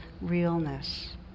realness